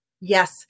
Yes